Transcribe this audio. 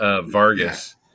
Vargas